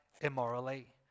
immorally